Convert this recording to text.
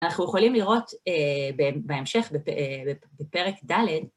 אנחנו יכולים לראות בהמשך בפרק ד'